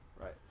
Right